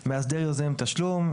"מאסדר יוזם תשלום"